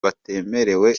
batemerewe